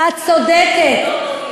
לכולם.